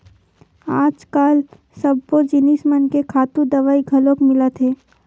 आजकाल सब्बो जिनिस मन के खातू दवई घलोक मिलत हे